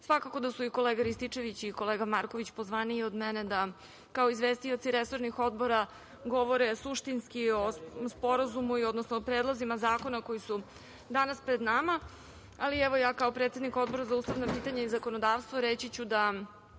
svakako da su i kolega Rističević i kolega Marković pozvaniji od mene da kao izvestioci resornih odbora govore suštinski o sporazumu, odnosno o predlozima zakona koji su danas pred nama, ali evo, ja kao predsednik Odbora za ustavna pitanja i zakonodavstvo ću reći da